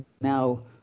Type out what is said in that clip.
now